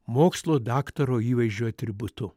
mokslo daktaro įvaizdžio atributu